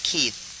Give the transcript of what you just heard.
Keith